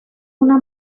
una